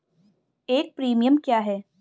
एक प्रीमियम क्या है?